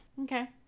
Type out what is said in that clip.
Okay